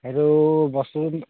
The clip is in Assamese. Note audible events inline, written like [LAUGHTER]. সেইটো [UNINTELLIGIBLE]